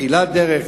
תחילת דרך,